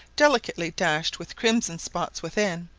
delicately dashed with crimson spots within,